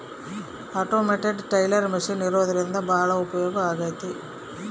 automated teller machine ಇರೋದ್ರಿಂದ ಭಾಳ ಉಪಯೋಗ ಆಗೈತೆ